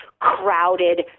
crowded